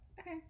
Okay